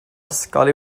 ysgol